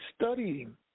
studying